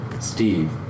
Steve